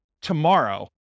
tomorrow